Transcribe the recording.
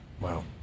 Wow